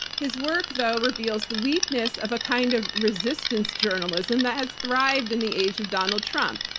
his work though, reveals the weakness of a kind of resistance journalism that has thrived in the age of donald trump,